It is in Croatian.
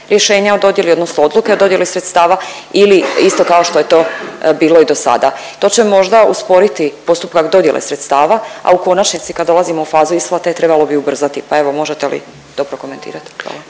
rješenja o dodjeli odnosno odluke o dodjeli sredstava ili isto kao što je to bilo i dosada? To će možda usporiti postupak dodjele sredstava, a u konačnici kad dolazimo u fazu isplate trebalo bi ubrzati, pa evo možete li to prokomentirat? Hvala.